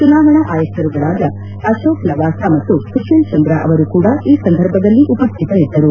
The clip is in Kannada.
ಚುನಾವಣಾ ಆಯುಕ್ತರುಗಳಾದ ಅಶೋಕ್ ಲವಾಸ ಮತ್ತೆ ಸುಶೀಲ್ ಚಂದ್ರ ಅವರು ಕೂಡ ಈ ಸಂದರ್ಭದಲ್ಲಿ ಉಪಸ್ಥಿತರಿದ್ದರು